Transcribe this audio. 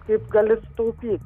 kaip gali sutaupyt